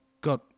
got